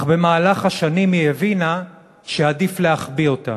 אך במהלך השנים היא הבינה שעדיף להחביא אותם.